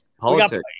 politics